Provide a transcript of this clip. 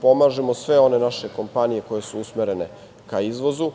Pomažemo sve one naše kompanije koje su usmerene ka izvozu.